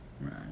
Right